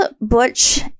Butch